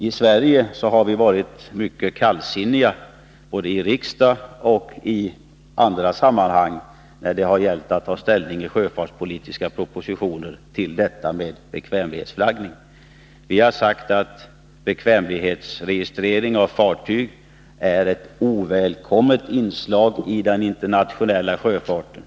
I Sverige har vi varit mycket kallsinniga, både i riksdagen och i andra sammanhang, när det beträffande sjöfartspolitiska propositioner har gällt att ta ställning till bekvämlighetsflaggning. Vi har sagt att bekvämlighetsregistrering av fartyg är ett ovälkommet inslag i den internationella sjöfarten.